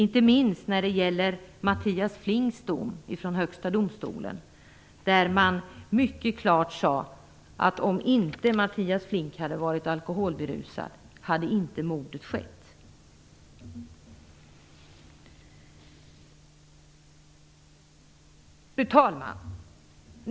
Inte minst när det gäller Mattias Flinks dom från Högsta domstolen, där man mycket klart sade att om Mattias Flink inte hade varit alkoholberusad hade mordet inte skett. Fru talman!